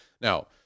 Now